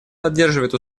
поддерживает